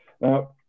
Now